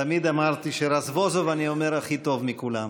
תמיד אמרתי שרזבוזוב אני אומר הכי טוב מכולם.